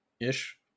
Ish